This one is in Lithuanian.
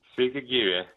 sveiki gyvi